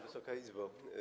Wysoka Izbo!